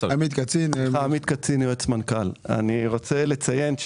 אני רוצה לציין,